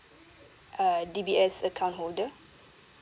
uh D_B_S account holder